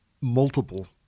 multiple